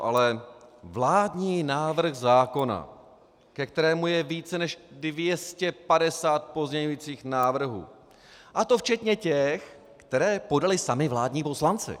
Ale vládní návrh zákona, ke kterému je více než 250 pozměňovacích návrhů, a to včetně těch, které podali sami vládní poslanci.